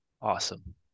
awesome